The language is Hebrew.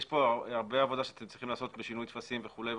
יש כאן הרבה עבודה שאתם צריכים לעשות בשינוי טפסים וכולי.